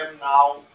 now